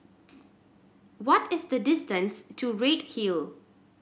what is the distance to Redhill